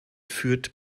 führt